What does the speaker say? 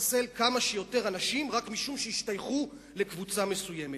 לחסל כמה שיותר אנשים רק משום שהשתייכו לקבוצה מסוימת.